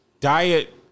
diet